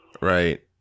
Right